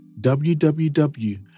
www